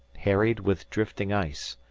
harried with drifting ice,